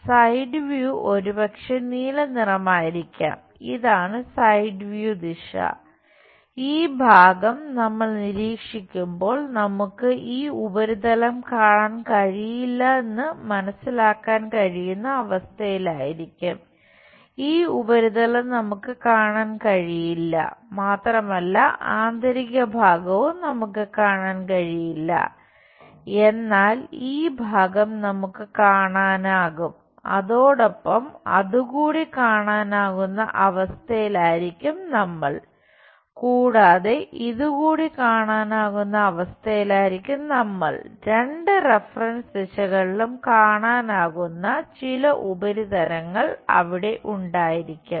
side view ദിശകളിലും കാണാനാകുന്ന ചില ഉപരിതലങ്ങൾ അവിടെ ഉണ്ടായിരിക്കും